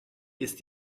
ist